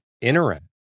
interact